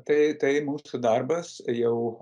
tai tai mūsų darbas jau